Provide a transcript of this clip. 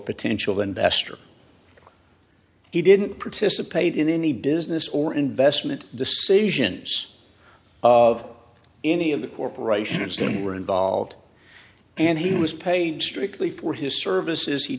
potential investor he didn't participate in any business or investment decisions of any of the corporation or similar involved and he was paid strictly for his services he